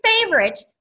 favorite